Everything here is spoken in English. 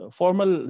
formal